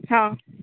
हा